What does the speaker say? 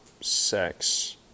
sex